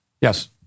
Yes